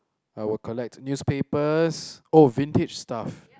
I will collect newspapers oh vintage stuff